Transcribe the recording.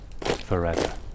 forever